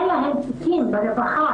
אין להם תיקים ברווחה,